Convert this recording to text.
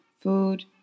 food